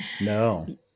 No